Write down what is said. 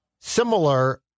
similar